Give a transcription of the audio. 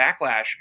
backlash